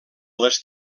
les